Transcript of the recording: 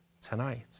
tonight